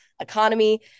economy